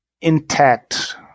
intact